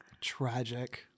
tragic